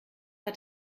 hat